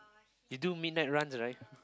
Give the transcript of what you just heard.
you do midnight runs right